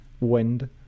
wind